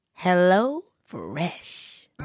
HelloFresh